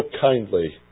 kindly